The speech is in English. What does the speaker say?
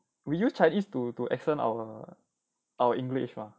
we use chinese to to accent our english mah